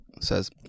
says